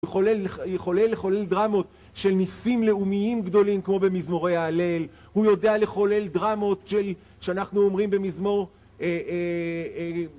הוא חולל לחולל דרמות של ניסים לאומיים גדולים כמו במזמורי הלל הוא יודע לחולל דרמות של שאנחנו אומרים במזמור